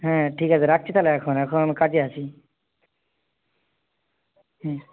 হ্যাঁ ঠিক আছে রাখছি তাহলে এখন এখন কাজে আছি হুম